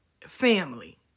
Family